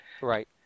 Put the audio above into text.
Right